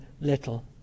Little